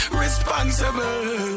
responsible